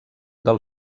del